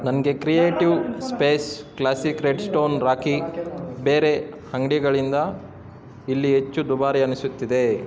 ನನಗೆ creative space classic red stone rocky ಬೇರೆ ಅಂಗಡಿಗಳಿಂದ ಇಲ್ಲಿ ಹೆಚ್ಚು ದುಬಾರಿ ಅನ್ನಿಸುತ್ತಿದೆ